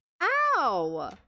Ow